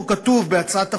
פה כתוב בהצעת החוק,